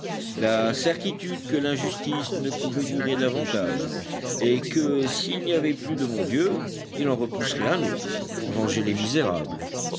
la certitude que l'injustice ne pouvait durer davantage et que s'il n'y avait plus de bon dieu il en repousserait un autre pour venger les misérables